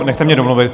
Nechte mě domluvit.